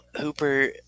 Hooper